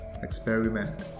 Experiment